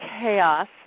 chaos